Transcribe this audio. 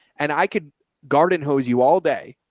and i could garden hose you all day.